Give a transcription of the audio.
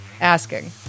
asking